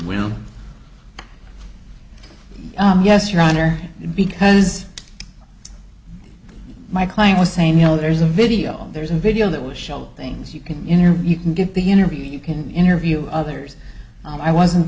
bronze yes your honor because my client was saying you know there's a video there's a video that was show things you can you can get the interview you can interview others i wasn't